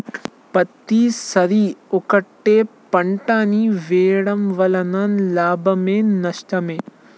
పత్తి సరి ఒకటే పంట ని వేయడం వలన లాభమా నష్టమా?